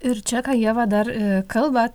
ir čia ką ieva dar kalba